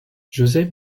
jozef